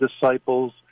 disciples